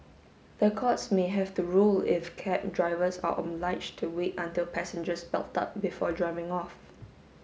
the courts may have to rule if cab drivers are obliged to wait until passengers belt up before driving off